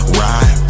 ride